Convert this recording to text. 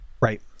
Right